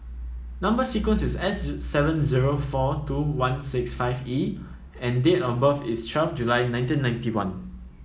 number sequence is S seven zero four two one six five E and date of birth is twelve July nineteen ninety one